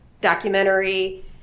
documentary